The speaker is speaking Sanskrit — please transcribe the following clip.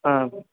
आम्